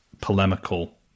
polemical